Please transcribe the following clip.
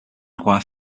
require